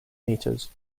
meters